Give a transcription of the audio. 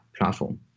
platform